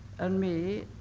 and me,